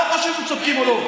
לא חשוב אם צודקים או לא,